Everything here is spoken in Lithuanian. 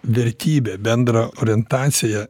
vertybė bendra orientacija